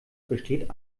besteht